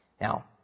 Now